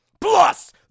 Plus